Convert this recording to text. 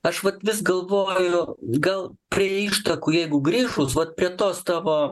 aš vat vis galvoju gal prie ištakų jeigu grįžus vat prie tos tavo